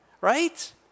right